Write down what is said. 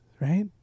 Right